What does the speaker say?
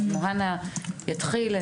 מוהנא יתחיל.